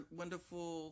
wonderful